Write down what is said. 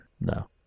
No